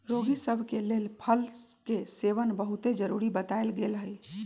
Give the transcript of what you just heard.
रोगि सभ के लेल फल के सेवन बहुते जरुरी बतायल गेल हइ